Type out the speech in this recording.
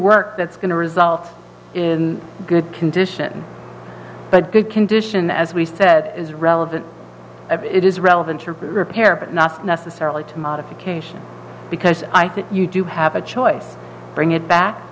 work that's going to result in good condition but good condition as we said is relevant it is relevant to repair but not necessarily to modification because i think you do have a choice bring it back